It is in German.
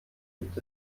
gibt